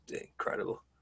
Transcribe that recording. incredible